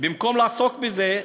במקום לעסוק בזה,